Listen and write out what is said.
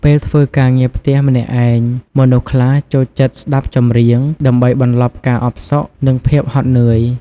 ពេលធ្វើការងារផ្ទះម្នាក់ឯង មនុស្សខ្លះចូលចិត្តស្ដាប់ចម្រៀង ដើម្បីបន្លប់ការអផ្សុក និង ភាពហត់នឿយ។